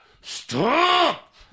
Stop